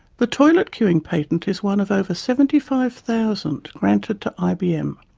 the toilet queuing patent is one of over seventy five thousand granted to ibm.